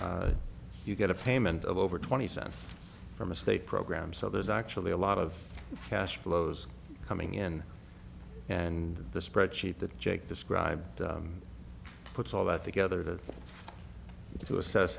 now you get a payment of over twenty cents from a state program so there's actually a lot of cash flows coming in and the spreadsheet that jake described puts all that together that to assess